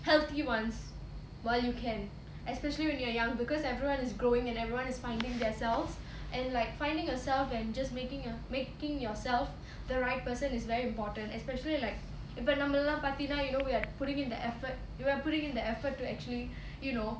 healthy ones while you can especially when you're young because everyone is growing and everyone is finding themselves and like finding yourself and just making a making yourself the right person is very important especially like இப்போ நம்மெல்லாம் பாத்தீனா:ippo nammellam paattheena you know we are putting in the effort you are putting in the effort to actually you know